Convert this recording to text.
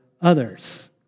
others